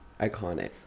iconic